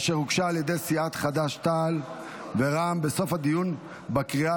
אשר הוגשה על ידי סיעות חד"ש-תע"ל ורע"מ בסוף הדיון בקריאה